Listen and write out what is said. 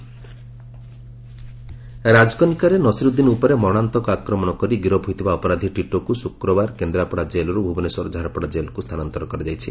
ଟିଟୋ ରାଜକନିକାରେ ନସିରୁଦ୍ଦିନ୍ ଉପରେ ମରଶାନ୍ତକ ଆକ୍ରମଣ କରି ଗିରଫ୍ ହୋଇଥିବା ଅପରାଧୀ ଟିଟୋକୁ ଶୁକ୍ରବାର କେନ୍ରାପଡ଼ା ଜେଲରୁ ଭୁବନେଶ୍ୱର ଝାଡ଼ପଡ଼ା ଜେଲକୁ ସ୍ଥାନାନ୍ତର କରାଯାଇଛି